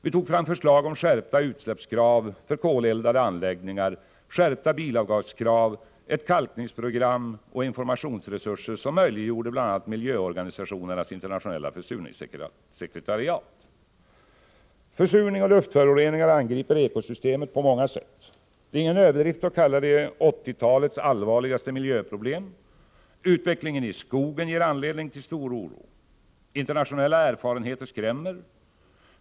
Vi tog fram förslag om skärpta utsläppskrav för koleldade anläggningar, skärpta bilavgaskrav, ett kalkningsprogram och informationsresurser, som möjliggjorde bl.a. miljöorganisationernas internationella försurningssekretariat. Försurning och luftföroreningar angriper ekosystemet på många sätt. Det är ingen överdrift att kalla det 1980-talets allvarligaste miljöproblem. Utvecklingen i skogen ger anledning till stor oro. Internationella erfarenheter skrämmer.